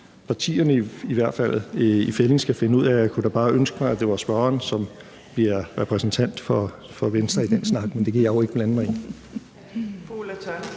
partierne i fællig skal finde ud af, og jeg kunne da bare ønske mig, at det var spørgeren, som bliver repræsentant for Venstre i den snak, men det kan jeg jo ikke blande mig i.